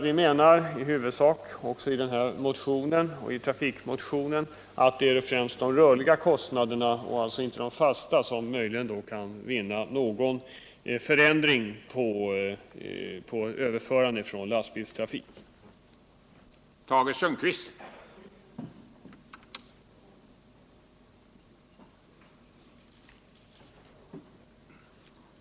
Vi menar i den här motionen och även i trafikmotionen att det främst är i fråga om de rörliga kostnaderna och alltså inte i fråga om de fasta som man möjligen kan vinna något på ett överförande av godstransporter från lastbil till andra transportmedel.